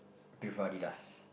before Adidas